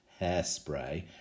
Hairspray